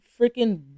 freaking